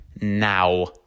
now